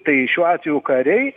tai šiuo atveju kariai